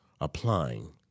applying